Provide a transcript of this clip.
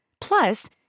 Plus